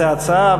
צאצאיו,